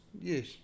Yes